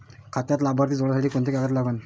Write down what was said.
खात्यात लाभार्थी जोडासाठी कोंते कागद लागन?